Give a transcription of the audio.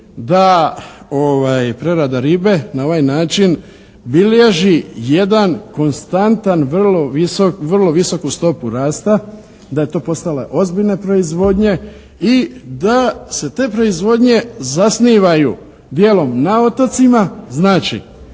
da prerada ribe na ovaj način bilježi jedan konstantan vrlo visoku stopu rasta, da je to postala ozbiljna proizvodnja i da se te proizvodnje zasnivanju dijelom na otocima, znači